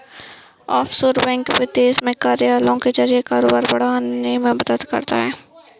offshore bank विदेश में कार्यालयों के जरिए कारोबार बढ़ाने में मदद करता है